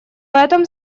этом